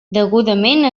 degudament